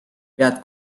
pead